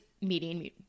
meeting